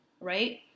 right